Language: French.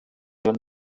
john